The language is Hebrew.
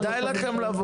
יש סצנה, כדאי לכם לבוא,